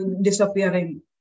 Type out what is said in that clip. disappearing